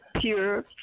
pure